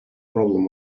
problem